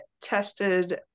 tested